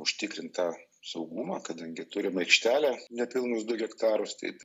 užtikrint tą saugumą kadangi turim aikštelę nepilnus du hektarus tai